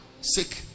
sick